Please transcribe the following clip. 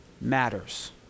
matters